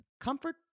comfort